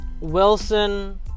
Wilson